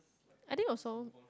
I think also